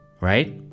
right